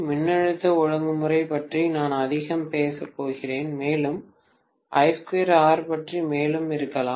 மின்னழுத்த ஒழுங்குமுறை பற்றி நான் அதிகம் பேசப் போகிறேன் மேலும் I2R பற்றி மேலும் இருக்கலாம்